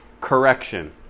correction